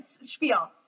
spiel